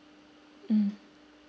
mm